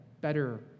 better